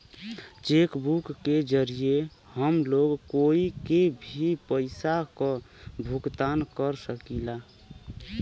check book के जरिये हम लोग कोई के भी पइसा क भुगतान कर सकीला